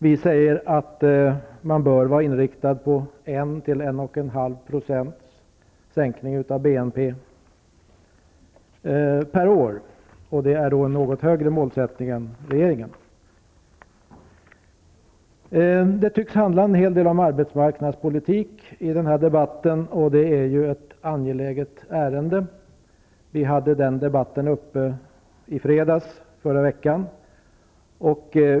Vi säger att man bör rikta in sig på en sänkning motsvarande 1-- 1,5 % av BNP per år. Det är en något högre målsättning än regeringens. Det tycks handla en hel del om arbetsmarknadspolitik i denna debatt. Det är ju ett angeläget område. Vi hade det uppe till debatt i fredags i förra veckan.